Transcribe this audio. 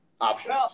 options